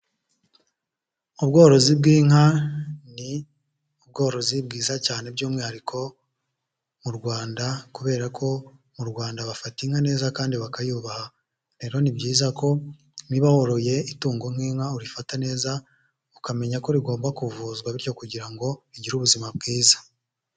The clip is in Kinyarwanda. Ubworozi bw'inka ni ubworozi bwiza cyane by'umwihariko mu Rwanda kubera ko mu Rwanda bafata inka neza kandi bakayubaha, rero ni byiza ko niba woroye itungo nk'inka urifata neza, ukamenya ko rigomba kuvuzwa bityo kugira ngo rigire ubuzima bwiza.